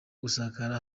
gusakara